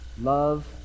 Love